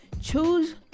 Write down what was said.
choose